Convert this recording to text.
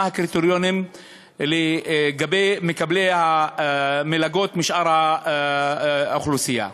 הקריטריונים לגבי מקבלי המלגות משאר האוכלוסייה.